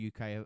UK